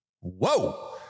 Whoa